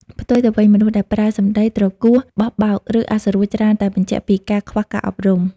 ផ្ទុយទៅវិញ មនុស្សដែលប្រើសម្ដីទ្រគោះបោះបោក ឬអសុរោះ ច្រើនតែបញ្ជាក់ពីការខ្វះការអប់រំ។